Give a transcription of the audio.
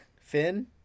Finn